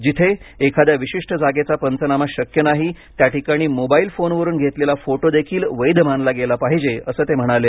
जिथे एखाद्या विशिष्ट जागेचा पंचनामा शक्य नाही त्याठिकाणी मोबाइल फोनवरून घेतलेला फोटोदेखील वैध मानला गेला पाहिजे असं ते म्हणाले